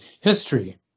history